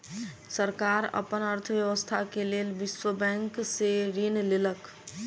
सरकार अपन अर्थव्यवस्था के लेल विश्व बैंक से ऋण लेलक